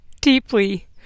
deeply